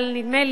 נדמה לי,